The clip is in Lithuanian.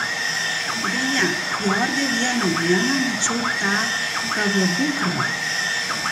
beje fjorde vieną dieną mačiau tą tavo dukrą